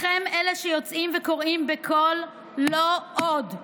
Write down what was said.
לכם, אלה שיוצאים וקוראים בקול: לא עוד,